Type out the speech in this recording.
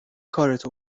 کارتو